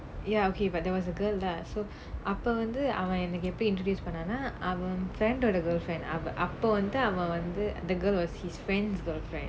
ya okay but there was a girl lah so அப்போ வந்து அவன் எனக்கு எப்பிடி:appo vanthu avan ennakku eppidi introduce பண்ணனா அவன்:pannanaa avan friend ஓட:ooda girlfriend the girl was his friend's girlfriend